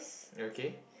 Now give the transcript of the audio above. okay